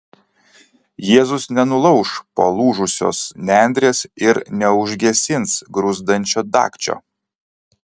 jėzus nenulauš palūžusios nendrės ir neužgesins gruzdančio dagčio